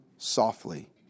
Softly